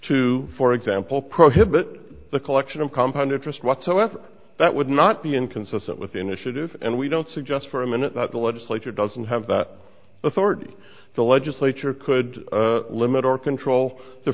to for example prohibit the collection of compound interest whatsoever that would not be inconsistent with initiative and we don't suggest for a minute that the legislature doesn't have that authority the legislature could limit or control the